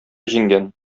җиңгән